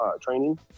training